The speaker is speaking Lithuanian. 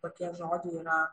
tokie žodžiai yra